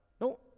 No